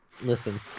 Listen